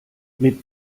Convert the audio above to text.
mit